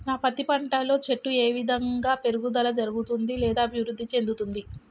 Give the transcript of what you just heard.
నా పత్తి పంట లో చెట్టు ఏ విధంగా పెరుగుదల జరుగుతుంది లేదా అభివృద్ధి చెందుతుంది?